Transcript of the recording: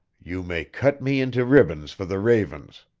you may cut me into ribbons for the ravens,